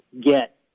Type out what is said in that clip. get